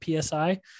psi